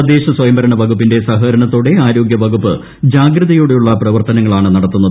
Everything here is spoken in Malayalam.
തദ്ദേശസ്വയംഭരണ വകുപ്പിന്റെ സഹകരണത്തോടെ ആരോഗ്യ വകുപ്പ് ജാഗ്രതയോടെയുള്ള പ്രവർത്തനങ്ങളാണ് നടത്തുന്നത്